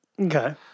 Okay